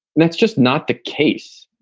that's just not the case.